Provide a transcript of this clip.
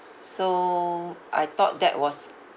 so I thought that was